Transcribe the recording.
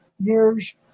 years